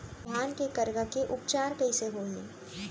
धान के करगा के उपचार कइसे होही?